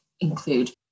include